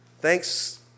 Thanks